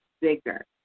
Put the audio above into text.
bigger